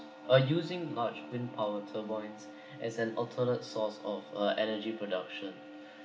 uh using large wind power turbines as an alternate source of uh energy production